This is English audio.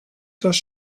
does